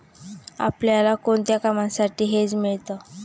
आपल्याला कोणत्या कामांसाठी हेज मिळतं?